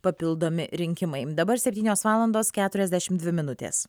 papildomi rinkimai dabar septynios valandos keturiasdešim dvi minutės